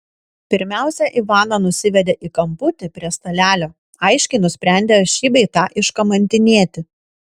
pirmiausia ivaną nusivedė į kamputį prie stalelio aiškiai nusprendę šį bei tą iškamantinėti